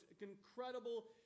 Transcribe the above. incredible